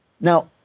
Now